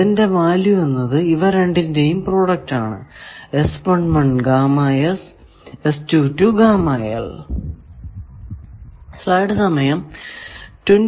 അതിന്റെ വാല്യൂ എന്നത് ഇവ രണ്ടിന്റെയും പ്രോഡക്റ്റ് ആണ്